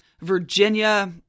Virginia